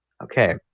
Okay